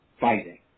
fighting